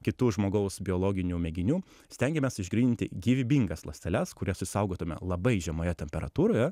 kitų žmogaus biologinių mėginių stengiamės išgryninti gyvybingas ląsteles kurias išsaugotume labai žemoje temperatūroje